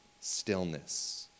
stillness